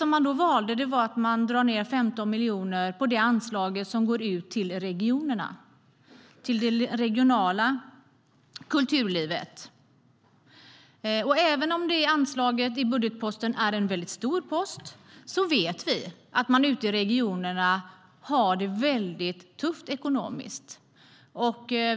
Man valde att dra ned 15 miljoner på det anslag som går ut till regionerna, till det regionala kulturlivet. Även om det anslaget i budgeten är en väldigt stor post vet vi att man ute i regionerna har det väldigt tufft ekonomiskt.